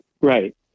right